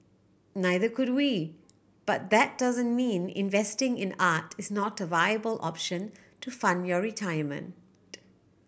neither could we but that doesn't mean investing in art is not a viable option to fund your retirement